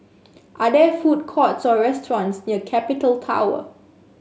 are there food courts or restaurants near Capital Tower